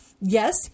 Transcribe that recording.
yes